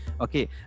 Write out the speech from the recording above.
okay